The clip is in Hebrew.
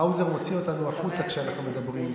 האוזר מוציא אותנו החוצה כשאנחנו מדברים.